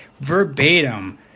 verbatim